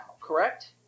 correct